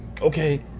okay